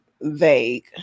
vague